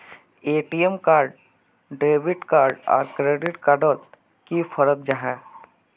ATM card debit card आर credit card डोट की फरक जाहा?